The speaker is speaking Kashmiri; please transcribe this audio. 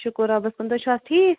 شُکُر رۄبَس کُن تُہۍ چھُو حظ ٹھیٖک